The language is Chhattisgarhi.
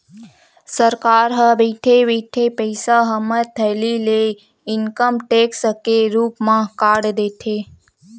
सरकार ह बइठे बइठे पइसा हमर थैली ले इनकम टेक्स के रुप म काट देथे